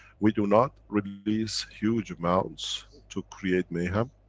we do not release huge amounts to create mayhem.